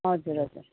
हजुर हजुर